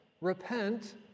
repent